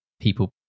people